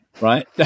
right